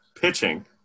pitching